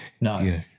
No